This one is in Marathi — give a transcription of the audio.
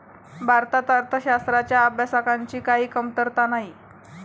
भारतात अर्थशास्त्राच्या अभ्यासकांची काही कमतरता नाही